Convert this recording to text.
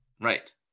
Right